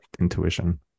intuition